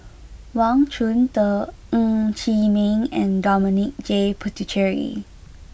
Wang Chunde Ng Chee Meng and Dominic J Puthucheary